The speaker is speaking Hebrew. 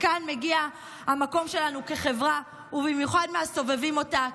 כאן מגיע המקום שלנו כחברה ובמיוחד הסובבים אותה,